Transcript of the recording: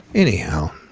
anyhow,